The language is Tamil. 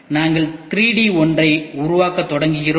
நாங்கள் 2டி ஒன்றை உருவாக்கத் தொடங்குகிறோம்